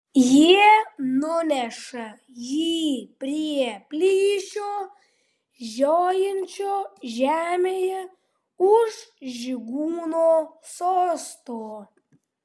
jie nuneša jį prie plyšio žiojinčio žemėje už žygūno sosto